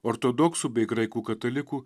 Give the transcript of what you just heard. ortodoksų bei graikų katalikų